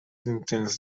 intents